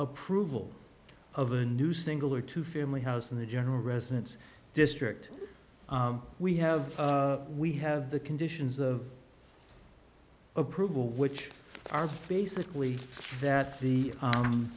approval of a new single or two family house and the general residence district we have we have the conditions of approval which are basically that the